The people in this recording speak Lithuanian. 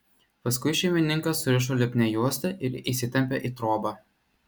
paskui šeimininką surišo lipnia juosta ir įsitempė į trobą